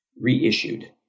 reissued